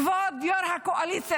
כבוד יו"ר הקואליציה,